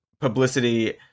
publicity